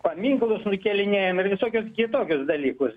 paminklus nukėlinėjam ir visokius kitokius dalykus